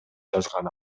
жазган